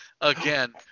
again